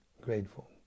grateful